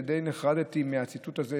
ודי נחרדתי מהציטוט הזה,